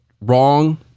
Wrong